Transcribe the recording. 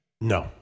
No